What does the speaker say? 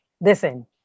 Listen